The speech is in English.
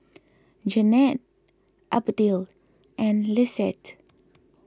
Jeannette Abdiel and Lisette